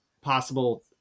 possible